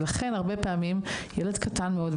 לכן הרבה פעמים ילד קטן מאוד,